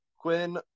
Quinn